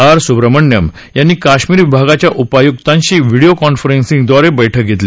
R Subrahmanyam यांनी कश्मीर विभागाच्या उपाय्क्तांशी व्हिडिओ कॉन्फरन्सिंगदवारे बैठक घेतली